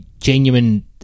genuine